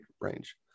range